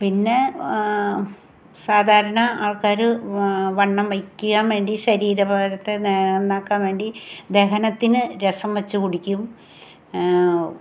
പിന്നെ സാധാരണ ആൾക്കാര് വണ്ണം വയ്ക്കുവാൻ വേണ്ടി ശരീര ഭാരത്തെ നന്നാക്കാൻ വേണ്ടി ദഹനത്തിന് രസം വെച്ച് കുടിയ്ക്കും